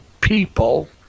people